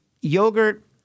Yogurt –